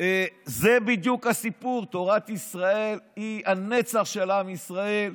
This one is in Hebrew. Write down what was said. זה בדיוק הסיפור: תורת ישראל היא הנצח של עם ישראל.